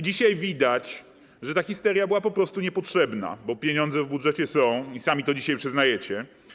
Dzisiaj widać, że ta histeria była po prostu niepotrzebna, bo pieniądze w budżecie są i sami to dzisiaj przyznajecie.